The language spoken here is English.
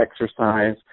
exercise